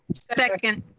second.